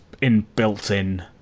in-built-in